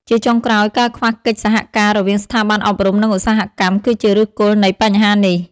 ជាចុងក្រោយ ការខ្វះកិច្ចសហការរវាងស្ថាប័នអប់រំ និងឧស្សាហកម្ម គឺជាឫសគល់នៃបញ្ហានេះ។